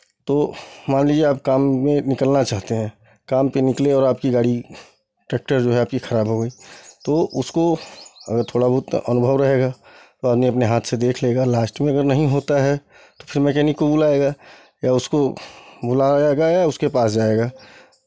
तो मान लीजिए आप काम में निकलना चाहते हैं काम के निकले और आप की गाड़ी ट्रैक्टर जो है आपकी खराब हो गई तो उसको अगर थोड़ा बहुत अनुभव रहेगा तो आदमी अपने हाथ से देख लेगा लास्ट में अगर नहीं होता है तो फिर मैकेनिक को बुलाएगा या उसको बुलाएगा या उसके पास जाएगा